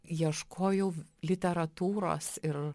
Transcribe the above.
ieškojau literatūros ir